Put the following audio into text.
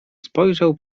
spojrzał